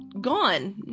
gone